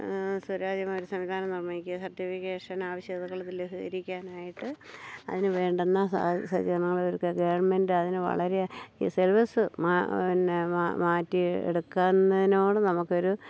certification ആവശ്യതകൾ ലഘൂകരിക്കാനായിട്ട് അതിന് വേണ്ടുന്ന സജീകരണങ്ങൾ ഒരുക്കുക ഗവൺമെൻറ് അതിന് വളരെ ഈ സെലിവസ് പിന്നെ മാറ്റി എടുക്കുന്നതിനോട് നമുക്ക് ഒരു